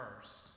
first